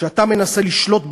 כשאתה מנסה לשלוט בלהבות,